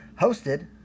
Hosted